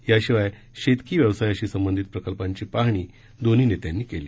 याशिवाय शेतकी व्यवसायाशी संबंधित प्रकल्पांची पाहणी दोन्ही नेत्यांनी केली